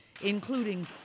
including